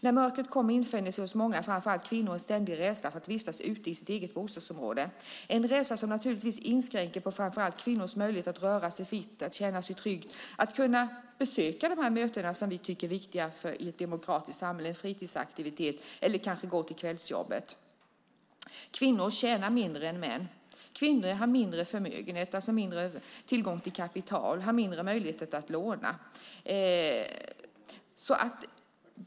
När mörkret kommer infinner sig hos många, framför allt kvinnor, en ständig rädsla för att vistas ute i sitt eget bostadsområde. Det är en rädsla som naturligtvis inskränker framför allt kvinnors möjligheter att röra sig fritt, känna sig trygga och kunna besöka de möten som vi tycker är viktiga i ett demokratiskt samhälle, delta i en fritidsaktivitet eller kanske gå till kvällsjobbet. Kvinnor tjänar mindre än män. Kvinnor har mindre förmögenhet, alltså mindre tillgång till kapital, och har mindre möjligheter att låna.